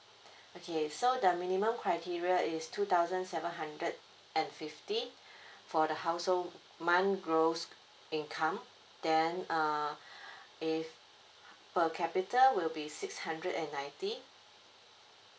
okay so the minimum criteria is two thousand seven hundred and fifty for the household month gross income then uh if per capita will be six hundred and ninety